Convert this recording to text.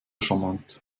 charmant